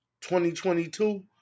2022